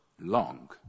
long